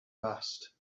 passed